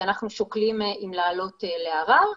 כשאנחנו שוקלים אם לעלות לערר.